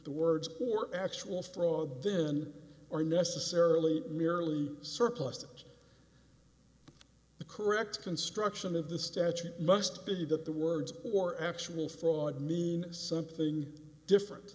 the words or actual fraud then are necessarily merely surplices the correct construction of the statute must be that the words or actual fraud mean something different